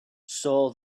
saw